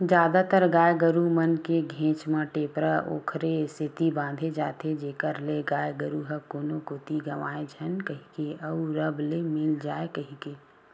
जादातर गाय गरु मन के घेंच म टेपरा ओखरे सेती बांधे जाथे जेखर ले गाय गरु ह कोनो कोती गंवाए झन कहिके अउ रब ले मिल जाय कहिके